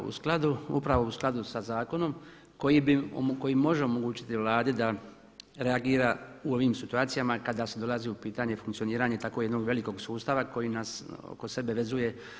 U skladu, upravo u skladu sa zakonom koji može omogućiti Vladi da reagira u ovim situacijama kada dolazi u pitanje funkcioniranje tako jednog velikog sustava koji nas oko sebe vezuje.